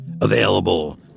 Available